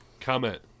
comment